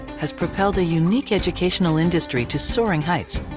has propelled a unique educational industry to soaring heights.